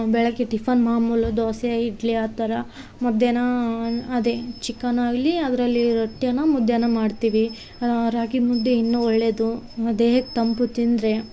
ಬೆಳಗ್ಗೆ ಟಿಫನ್ ಮಾಮುಲು ದೋಸೆ ಇಡ್ಲಿ ಆ ಥರ ಮಧ್ಯಾಹ್ನ ಅದೇ ಚಿಕನ್ ಆಗಲಿ ಅದರಲ್ಲಿ ರೊಟ್ಟಿಯನ್ನು ಮುದ್ದೆಯನ್ನ ಮಾಡ್ತಿವಿ ರಾಗಿ ಮುದ್ದೆ ಇನ್ನು ಒಳ್ಳೇದು ದೇಹಕ್ಕೆ ತಂಪು ತಿಂದರೆ